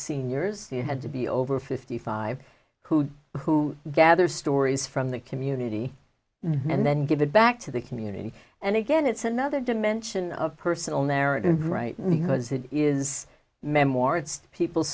seniors you had to be over fifty five who'd who gather stories from the community and then give it back to the community and again it's another dimension of personal narrative right now because it is memoir it's people